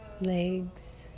legs